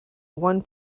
one